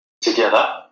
together